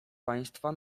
państwa